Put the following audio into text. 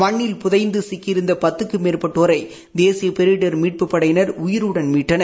மண்ணில் புதைந்து சிக்கியிருந்த பத்துக்கும் மேற்பட்டோரை தேசிய பேரிடர் மீட்புப் படையினர் உயிருடன் மீட்டனர்